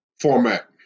format